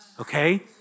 Okay